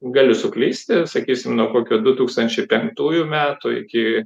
galiu suklysti sakysim nuo kokių du tūkstančiai penktųjų metų iki